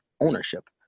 ownership